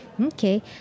okay